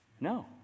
no